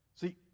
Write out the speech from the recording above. See